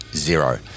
zero